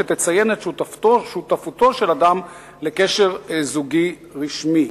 שתציין את שותפותו של אדם לקשר זוגי רשמי".